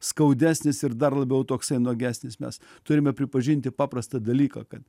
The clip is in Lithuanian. skaudesnis ir dar labiau toksai nuogesnis mes turime pripažinti paprastą dalyką kad